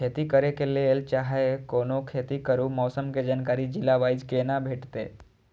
खेती करे के लेल चाहै कोनो खेती करू मौसम के जानकारी जिला वाईज के ना भेटेत?